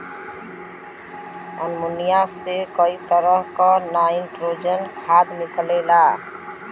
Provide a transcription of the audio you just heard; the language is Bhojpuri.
अमोनिया से कई तरह क नाइट्रोजन खाद निकलेला